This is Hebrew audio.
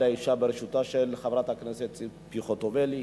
האשה בראשותה של חברת הכנסת ציפי חוטובלי.